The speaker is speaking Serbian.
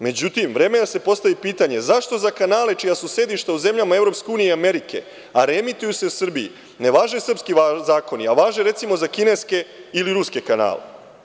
Međutim, vreme je da se postavi pitanje – zašto za kanale čija su sedišta u zemljama EU i Amerike, a reemituju se u Srbiji, ne važe srpski zakoni, a važe, recimo, za kineske ili ruske kanale?